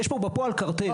יש פה בפועל קרטל.